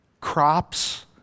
crops